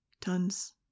Tons